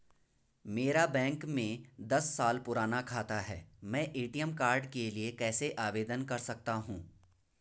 मेरा बैंक में दस साल पुराना खाता है मैं ए.टी.एम कार्ड के लिए कैसे आवेदन कर सकता हूँ?